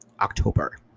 October